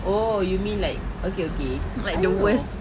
oh you mean like okay okay I don't know